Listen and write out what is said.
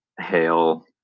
hail